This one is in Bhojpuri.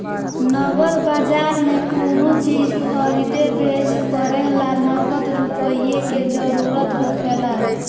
नगद बाजार में कोनो चीज खरीदे बेच करे ला नगद रुपईए के जरूरत होखेला